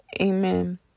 Amen